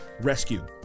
rescue